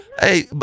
Hey